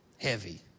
heavy